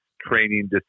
training